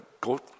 go